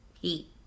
heat